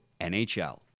NHL